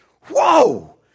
whoa